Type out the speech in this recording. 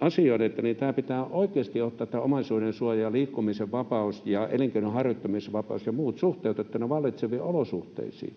asioita, niin pitää oikeasti ottaa tämä omaisuudensuoja, liikkumisen vapaus ja elinkeinonharjoittamisvapaus ja muut suhteutettuna vallitseviin olosuhteisiin.